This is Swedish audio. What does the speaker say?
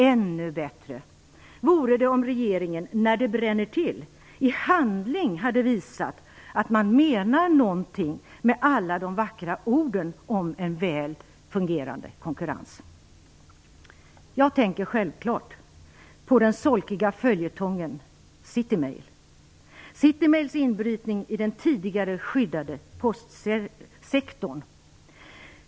Än mer bättre vore det om regeringen, när det bränner till, i handling hade visat att man menar något med alla de vackra orden om en väl fungerande konkurrens. Jag tänker självfallet på den solkiga följetongen Citymail och Citymails inbrytning i den tidigare skyddade postsektorn.